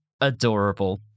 Adorable